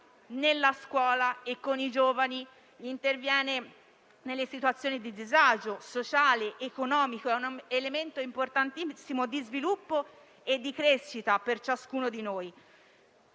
nella scuola, con i giovani, interviene nelle situazioni di disagio sociale ed economico. È un elemento importantissimo di sviluppo e di crescita per ciascuno di noi.